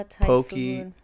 pokey